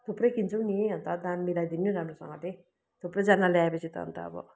थुप्रै किन्छु नि अब त दाम मिलाइदिनु राम्रोसँगले थुप्रैजना ल्याएपछि त अन्त अब